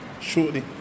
shortly